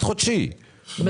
חד חודשי,